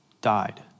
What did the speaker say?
died